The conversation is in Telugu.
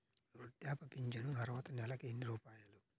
వృద్ధాప్య ఫింఛను అర్హత నెలకి ఎన్ని రూపాయలు?